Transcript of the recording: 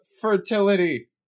fertility